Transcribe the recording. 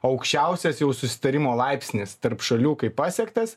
aukščiausias jau susitarimo laipsnis tarp šalių kaip pasiektas